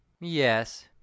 Yes